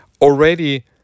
already